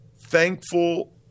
thankful